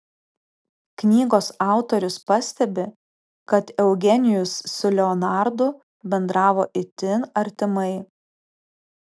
knygos autorius pastebi kad eugenijus su leonardu bendravo itin artimai